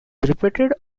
repeated